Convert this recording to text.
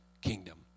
kingdom